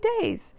days